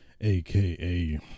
AKA